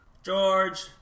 George